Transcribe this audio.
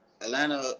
Atlanta